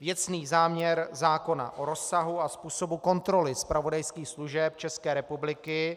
Věcný záměr zákona o rozsahu a způsobu kontroly zpravodajských služeb České republiky